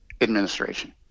administration